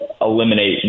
eliminate